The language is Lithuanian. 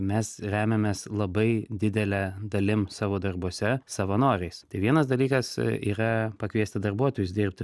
mes remiamės labai didele dalim savo darbuose savanoriais tai vienas dalykas yra pakviesti darbuotojus dirbti